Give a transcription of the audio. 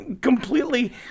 completely